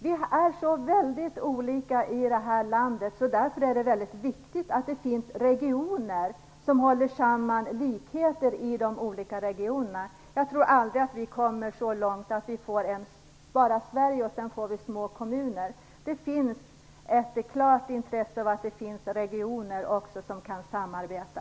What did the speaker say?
Vi är så väldigt olika i vårt land, därför är det väldigt viktigt att det finns regioner som håller samman likheterna i de olika regionerna. Jag tror aldrig att vi kommer så långt att vi får enbart Sverige och på nästa nivå små kommuner. Det finns ett klart intresse av att det också finns regioner som kan samarbeta.